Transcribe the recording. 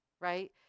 right